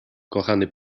kochany